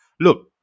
look